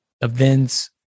events